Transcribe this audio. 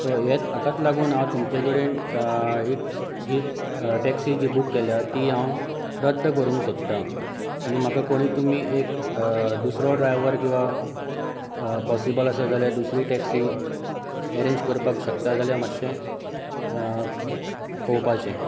so येत हाकात लागून हांव तुमचे कडेन टॅक्सी जी बूक केल्या ती हांव रद्द करूंक सोदतां आनी म्हका तुमी कोणी एक दुसरो ड्रायव्हर किंवा पोसिबल आसत जाल्यार दुसरी टॅक्सी ऐरेंज करपाक शकता जाल्यार मातशें पळोवपाचें